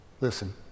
Listen